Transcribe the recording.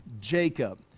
Jacob